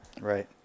Right